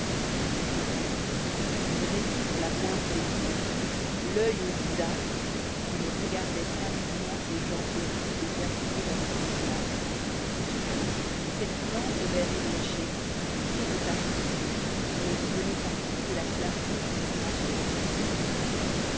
pourtant dressé sur la pointe des pieds l'oeil au judas il regardait avidement ces gens paisibles accoudés dans des poses lasses et surtout cette lampe au verre ébréché piqué de taches rousses mais d'où venait un peu de la clarté qui lui manquait dans sa cellule